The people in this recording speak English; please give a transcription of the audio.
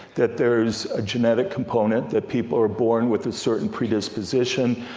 that there's a genetic component that people are born with, a certain pre-disposition.